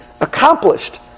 accomplished